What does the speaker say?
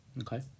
Okay